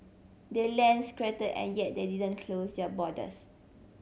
they're land and yet they didn't close their borders